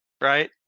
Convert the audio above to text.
right